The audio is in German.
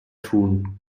tun